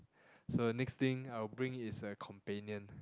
so next thing I will bring is a companion